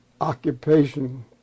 occupation